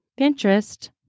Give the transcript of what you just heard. Pinterest